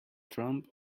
trump